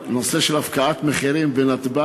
למה לא?